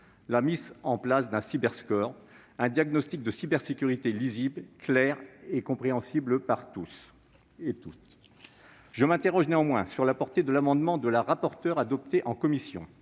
la mise en place d'un Cyberscore, un diagnostic de cybersécurité lisible, clair et compréhensible par tous. Je m'interroge néanmoins sur la portée de l'amendement de Mme la rapporteure adopté en commission